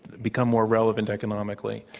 become more relevant economically?